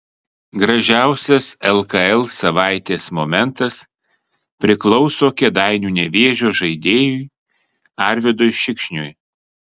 gražiausias lkl savaitės momentas priklauso kėdainių nevėžio žaidėjui arvydui šikšniui